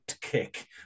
kick